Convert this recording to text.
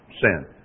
Sin